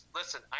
listen